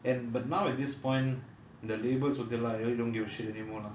and but now at this point the labels of delight you you don't give a shit anymore lah